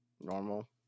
normal